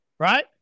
Right